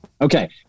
Okay